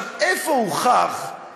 הפכתם את